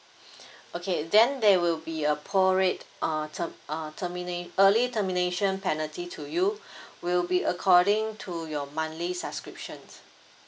okay then there will be a pro rate uh ter~ uh terminate early termination penalty to you will be according to your monthly subscription